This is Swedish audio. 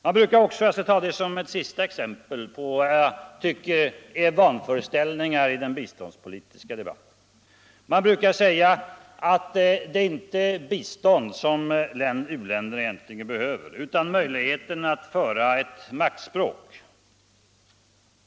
Man brukar också — jag skall ta det som ett sista exempel på vad jag tycker är vanföreställningar i den biståndspolitiska debatten — säga att det inte är biståndet som u-länderna egentligen behöver utan möjligheten att föra ett maktspråk.